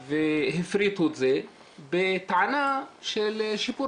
והפריטו את זה בטענה של שיפור